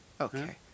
Okay